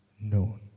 known